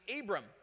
Abram